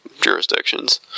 jurisdictions